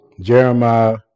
Jeremiah